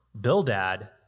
Bildad